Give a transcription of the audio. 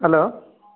hello